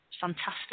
Fantastic